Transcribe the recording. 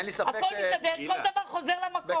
הכול מסתדר, כל דבר חוזר למקום.